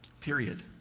Period